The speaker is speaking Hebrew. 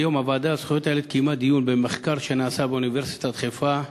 והיום הוועדה לזכויות הילד קיימה דיון במחקר שנעשה באוניברסיטת חיפה,